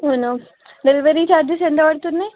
అవునా delivery charges ఎంత పడుతుంది